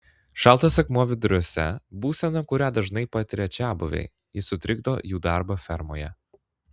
šaltas akmuo viduriuose būsena kurią dažnai patiria čiabuviai ji sutrikdo jų darbą fermoje